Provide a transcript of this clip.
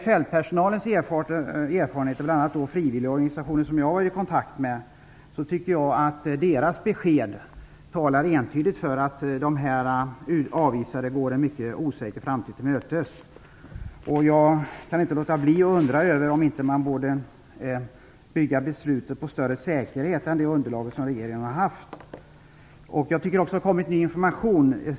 Fältpersonalen där nere, bl.a. frivilligorganisationer som jag har varit kontakt med, ger besked som entydigt talar för att de avvisade går en mycket osäker framtid till mötes. Jag kan inte låta bli att undra om man inte borde bygga beslutet på en säkrare grund än vad det underlag som regeringen har haft ger. Jag tycker också att det har kommit ny information.